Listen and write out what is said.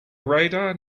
radar